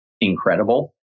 incredible